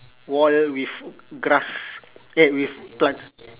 wall with grass ya with plants